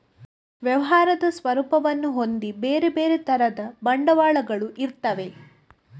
ವ್ಯವಹಾರದ ಸ್ವರೂಪವನ್ನ ಹೊಂದಿ ಬೇರೆ ಬೇರೆ ತರದ ಬಂಡವಾಳಗಳು ಇರ್ತವೆ